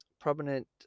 prominent